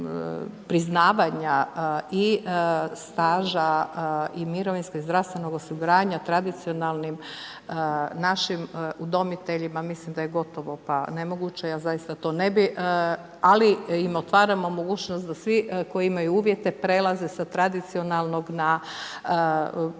priznavanja i staža i mirovinskog i zdravstvenog osiguranja, tradicionalnim našim udomiteljima, mislim da je gotovo pa nemoguće, ja zaista to ne bi, ali im otvaramo mogućnost svi koji imaju uvjete prelaze sa tradicionalnog na